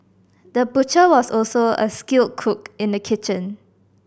the butcher was also a skilled cook in the kitchen